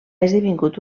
esdevingut